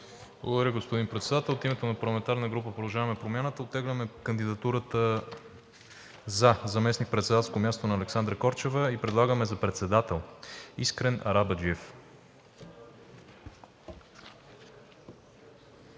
Благодаря, господин Председател. От името на парламентарната група на „Продължаваме Промяната“ оттегляме кандидатурата за заместникпредседателско място на Александра Корчева и предлагаме за председател Искрен Арабаджиев.